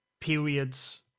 periods